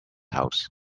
house